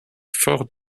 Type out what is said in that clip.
fort